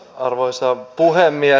arvoisa puhemies